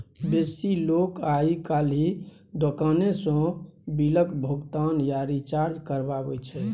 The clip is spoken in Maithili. बेसी लोक आइ काल्हि दोकाने सँ बिलक भोगतान या रिचार्ज करबाबै छै